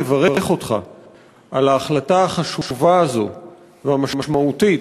לברך אותך על ההחלטה החשובה והמשמעותית